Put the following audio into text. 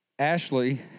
Ashley